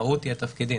המהות היא התפקידים.